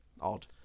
odd